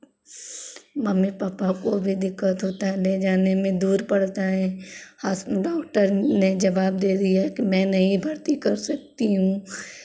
mummy papa को भी दिक्कत होता है ले जाने में दूर पड़ता है डॉक्टर ने जवाब दे दिया है कि मैं नहीं भर्ती कर सकती हूँ